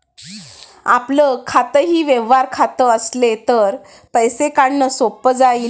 आपलं खातंही व्यवहार खातं असेल तर पैसे काढणं सोपं जाईल